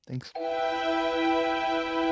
Thanks